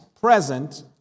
present